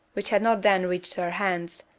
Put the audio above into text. which had not then reached her hands.